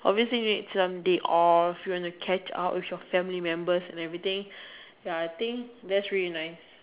obviously need some day off you want to catch up with your family members and everything ya that's really nice